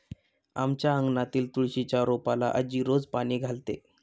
आमच्या अंगणातील तुळशीच्या रोपाला आजी रोज पाणी घालते